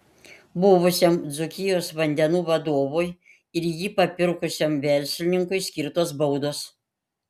buvusiam dzūkijos vandenų vadovui ir jį papirkusiam verslininkui skirtos baudos